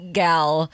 gal